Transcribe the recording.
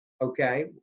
Okay